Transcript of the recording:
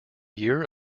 year